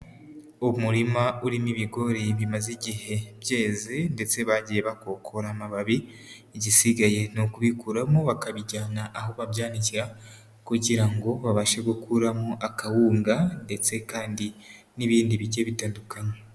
Umurima urimo ibigori bimaze igihe byeze ndetse bagiye bakokora amababi, igisigaye ni ukubikuramo bakabijyana aho babyanikira kugira ngo babashe gukuramo akawunga ndetse kandi n'ibindi bigiye bitandukanye.